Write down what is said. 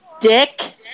dick